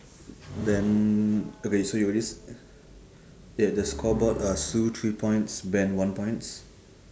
then okay so you already yeah the scoreboard uh sue three points ben one points